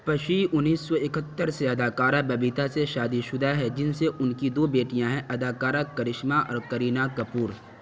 پشی انیس سو اکہتر سے اداکارہ ببیتا سے شادی شدہ ہے جن سے ان کی دو بیٹیاں ہیں اداکارہ کرشمہ اور کرینہ کپور